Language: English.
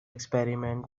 experiment